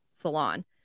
salon